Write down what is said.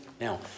Now